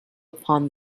upon